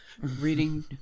reading